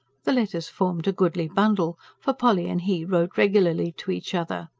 the letters formed a goodly bundle for polly and he wrote regularly to each other,